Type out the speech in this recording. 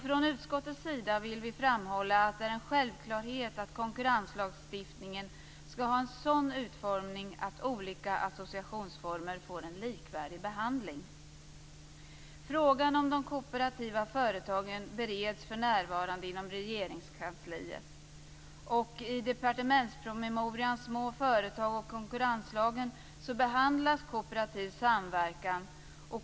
Från utskottets sida vill vi framhålla att det är en självklarhet att konkurrenslagstiftningen skall ha en sådan utformning att olika associationsformer får en likvärdig behandling. Frågan om de kooperativa företagen bereds för närvarande inom Regeringskansliet. I departementspromemorian Små företag och konkurrenslagen behandlas kooperativ samverkan.